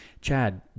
Chad